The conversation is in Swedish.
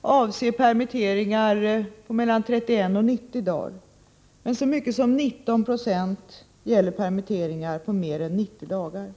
avser permitteringar på 31-90 dagar. Så mycket som 19 26 avser permitteringar på mer än 90 dagar.